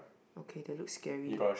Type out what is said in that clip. okay they look scary